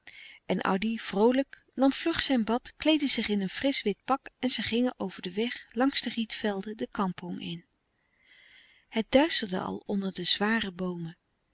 en addy vroolijk nam vlug zijn bad kleedde zich in een frisch wit pak en zij gingen over den weg langs de rietvelden de kampong in het duisterde al onder de zware boomen